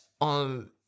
on